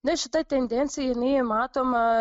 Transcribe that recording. na šita tendencija jinai jau matoma